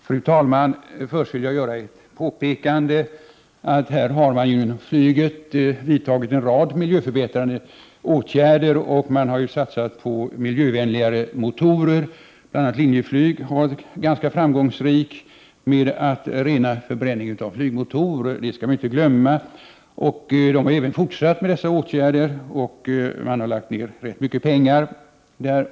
Fru talman! Först vill jag göra ett påpekande. Man har inom flyget vidtagit en rad miljöförbättrande åtgärder. Man har t.ex. satsat på miljövänligare motorer. Bl.a. har Linjeflyg varit ganska framgångsrikt med att rena förbränningen av avgaserna från flygmotorer. Företaget har även fortsatt dessa åtgärder och lagt ned rätt mycket pengar på dem.